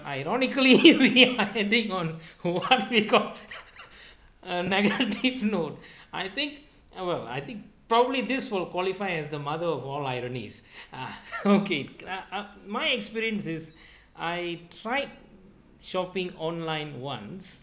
ironically heading on what we call a negative note I think well I think probably this will qualify as the mother of all ironies ah okay uh uh my experience is I tried shopping online once